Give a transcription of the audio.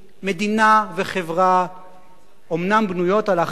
מדינה וחברה אומנם בנויות על הכרעות,